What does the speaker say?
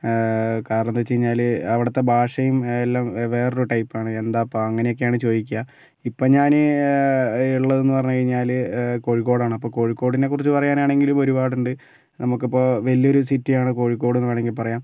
കാരണം എന്താ വെച്ചു കഴിഞ്ഞാൽ അവിടുത്തെ ഭാഷയും എല്ലാം വേറൊരു ടൈപ്പ് ആണ് എന്താപ്പ അങ്ങനെയൊക്കെയാണ് ചോദിക്കുക ഇപ്പം ഞാൻ ഉള്ളതെന്ന് പറഞ്ഞു കഴിഞ്ഞാൽ കോഴിക്കോട് ആണ് അപ്പം കോഴിക്കോടിനെ കുറിച്ച് പറയാനാണെങ്കിലും ഒരുപാടുണ്ട് നമുക്ക് ഇപ്പോൾ വലിയൊരു സിറ്റിയാണ് കോഴിക്കോടെന്ന് വേണമെങ്കിൽ പറയാം